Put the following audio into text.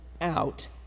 out